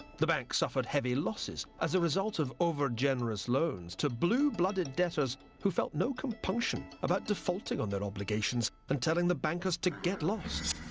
the bank suffered heavy losses as a result of over-generous loans to blue-blooded debtors who felt no compunction about defaulting on their obligations and telling the bankers to get lost.